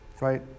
right